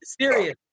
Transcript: serious